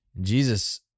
Jesus